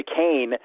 McCain